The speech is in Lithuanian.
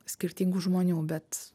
skirtingų žmonių bet